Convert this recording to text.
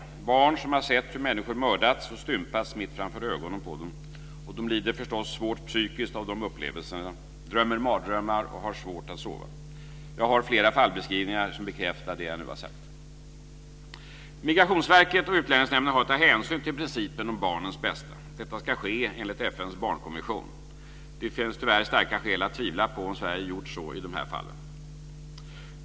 Det är barn som har sett hur människor har mördats och stympats mitt framför ögonen på dem. De lider förstås svårt psykiskt av de upplevelserna. De drömmer mardrömmar och har svårt att sova. Jag har flera fallbeskrivningar här som bekräftar det som jag nu har sagt. Migrationsverket och Utlänningsnämnden har att ta hänsyn till principen om barnens bästa. Detta ska ske enligt FN:s barnkonvention. Det finns tyvärr starka skäl att tvivla på om Sverige gjort så i de här fallen.